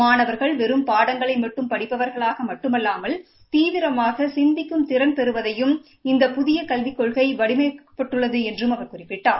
மாணவா்கள் வெறும் பாடங்களை மட்டும் படிப்பவா்களாக மட்டுமல்லாமல் தீவிரமாக சிந்திக்கும் திறன் பெறுவதையும் இந்த புதிய கல்விக் கொள்கை வடிவமைக்கப்பட்டுள்ளது என்று அவர் குறிப்பிட்டார்